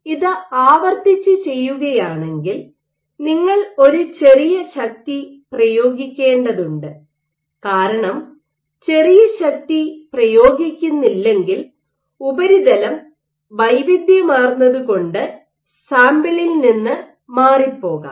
ഇത് ആവർത്തിച്ച് ചെയ്യുകയാണെങ്കിൽ നിങ്ങൾ ഒരു ചെറിയ ശക്തി പ്രയോഗിക്കേണ്ടതുണ്ട് കാരണം ചെറിയ ശക്തി പ്രയോഗിക്കുന്നില്ലെങ്കിൽ ഉപരിതലം വൈവിധ്യമാർന്നതുകൊണ്ട് സാമ്പിളിൽ നിന്ന് മാറിപ്പോകാം